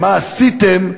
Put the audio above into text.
מה עשיתם,